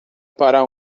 para